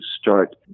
start